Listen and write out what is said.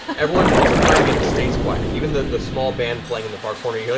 everyone gets quiet again, but stays quiet. even the the small band playing in the far corner, yeah